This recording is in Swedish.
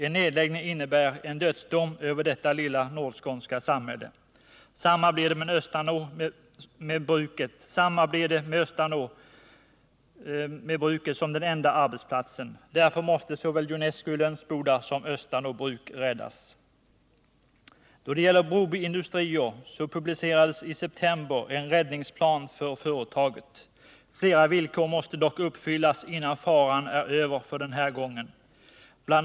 En nedläggning innebär en dödsdom över detta lilla nordskånska samhälle. Detsamma gäller för Östanå med bruket som enda arbetsplats. Därför måste såväl Junesco i Lönsboda som Östanå Bruk räddas. Då det gäller Broby Industrier publicerades i september en räddningsplan för företaget. Flera villkor måste dock uppfyllas innan faran är över för den här gången. Bl.